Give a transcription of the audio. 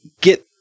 get